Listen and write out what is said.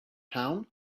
town